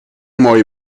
mooie